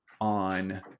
on